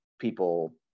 people